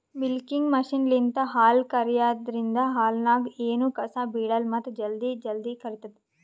milking ಮಷಿನ್ಲಿಂತ್ ಹಾಲ್ ಕರ್ಯಾದ್ರಿನ್ದ ಹಾಲ್ದಾಗ್ ಎನೂ ಕಸ ಬಿಳಲ್ಲ್ ಮತ್ತ್ ಜಲ್ದಿ ಜಲ್ದಿ ಕರಿತದ್